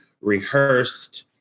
rehearsed